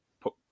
put